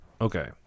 Okay